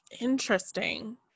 Interesting